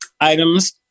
items